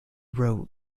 wrote